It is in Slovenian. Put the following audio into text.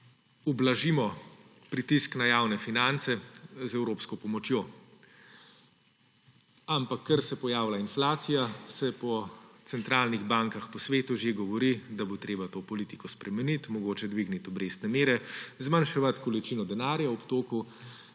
ublažimo pritisk na javne finance z evropsko pomočjo. Ampak ker se pojavlja inflacija, se po centralnih bankah po svetu že govori, da bo treba to politiko spremeniti, mogoče dvigniti obrestne mere, zmanjševati količino denarja v obtoku